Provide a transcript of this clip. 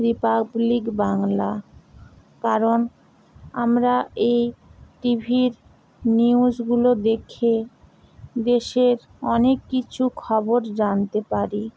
Republic Bangla কারণ আমরা এই টি ভির নিউসগুলো দেখে দেশের অনেক কিছু খবর জানতে পারি